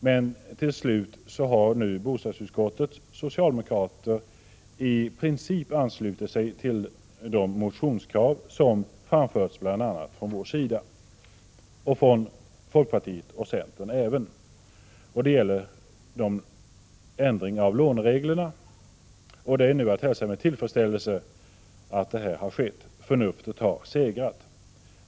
Men till slut har nu bostadsutskottets socialdemokrater i princip anslutit sig till de motionskrav som har framförts bl.a. från vår sida, men även från folkpartiet och centern. Dessa motionskrav gäller ändringar av låneregler. Det är nu att hälsa med tillfredsställelse att detta har skett. Förnuftet har segrat.